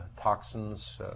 toxins